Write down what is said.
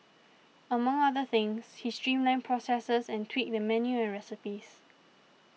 among other things he streamlined processes and tweaked the menu and recipes